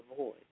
avoid